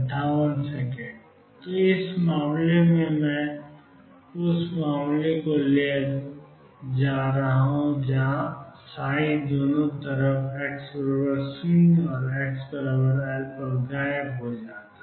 तो इस मामले में मैं उस मामले को ले रहा हूं जहां साई दोनों तरफ x0 xL गायब हो जाता है